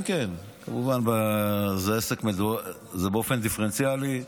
כן, כן, זה באופן דיפרנציאלי.